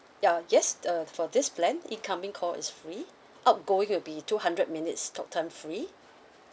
ya yes uh for this plan incoming call is free outgoing will be two hundred minutes talktime free